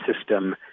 system